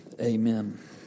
Amen